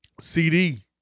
CD